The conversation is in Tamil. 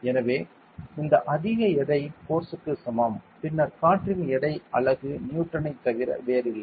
எனவே இந்த அதிக எடை போர்ஸ்க்கு சமம் பின்னர் காற்றின் எடை அலகு நியூட்டனைத் தவிர வேறில்லை